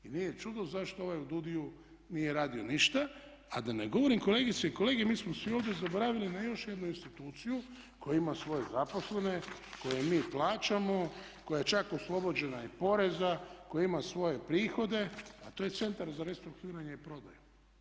I nije čudno zašto ovaj u DUUDI-u nije radio ništa, a da ne govorim kolegice i kolege mi smo svi ovdje zaboravili na još jednu instituciju koja ima svoje zaposlene, koje mi plaćamo, koja je čak oslobođena i poreza, koja ima svoj prihode a to je Centar za restrukturiranje i prodaju.